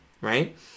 right